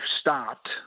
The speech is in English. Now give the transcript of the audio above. stopped